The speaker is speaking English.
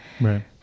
Right